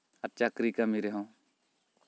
ᱟᱨ ᱪᱟᱹᱠᱨᱤ ᱠᱟᱹᱢᱤ ᱨᱮᱦᱚᱸ